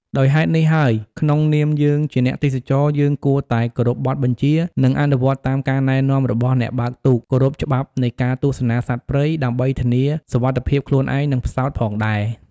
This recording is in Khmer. ដោយហេតុនេះហើយក្នុងនាមយើងជាអ្នកទេសចរណ៍យើងគួរតែគោរពបទបញ្ជា នឹងអនុវត្តតាមការណែនាំរបស់អ្នកបើកទូក គោរពច្បាប់នៃការទស្សនាសត្វព្រៃ ដើម្បីធានាសុវត្ថិភាពខ្លួនឯង និងផ្សោតផងដែរ ។